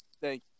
Thank